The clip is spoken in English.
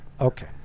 Okay